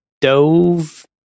dove